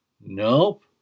Nope